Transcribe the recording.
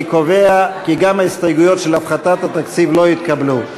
אני קובע כי גם הסתייגויות של הפחתת התקציב לא התקבלו.